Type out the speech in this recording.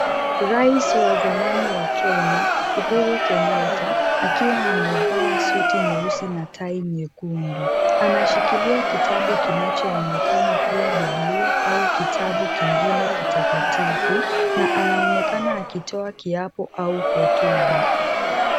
Rais wa zamani wa Kenya, Uhuru Kenyatta, akiwa amevaa suti nyeusi na tai nyekundu, anashikilia kitabu kinachoonekana kuwa Biblia au kitabu kingine kitakatifu na anaonekana akitoa kiapo au hotuba.